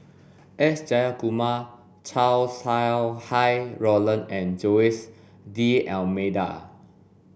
S Jayakumar Chow Sau Hai Roland and Jose D'almeida